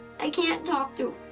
i can't talk to